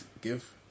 give